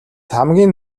хамгийн